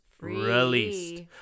released